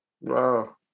Wow